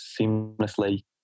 seamlessly